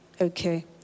Okay